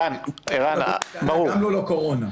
אז לא היה מוכר גם ללא קורונה.